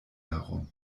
herum